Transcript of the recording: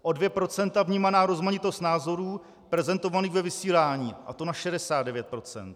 O 2 % vnímaná rozmanitost názorů prezentovaných ve vysílání, a to na 69 %.